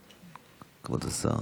כבוד השר.